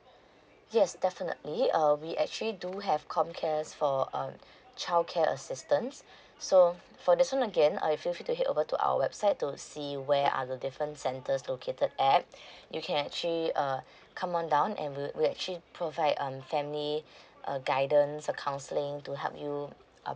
yes definitely um we actually do have comcares for um childcare assistance so for this one again uh I feel free to head over to our website to see where are the different centers located at you can actually uh come on down and we we actually provide um family guidance err counselling to help you um